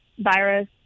Virus